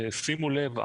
שימו לב,